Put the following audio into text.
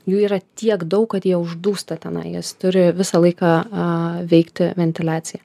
jų yra tiek daug kad jie uždūsta tenai jas turi visą laiką aaa veikti ventiliacija